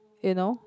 you know